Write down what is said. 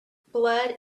blood